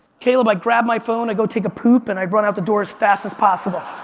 caleb, i grab my phone, i go take a poop, and i run out the door as fast as possible.